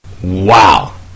Wow